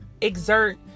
exert